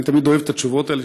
אני תמיד אוהב את התשובות האלה,